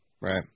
right